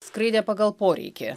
skraidė pagal poreikį